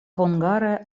hungare